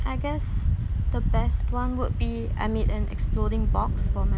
I guess the best one would be I made an exploding box for my